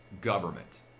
government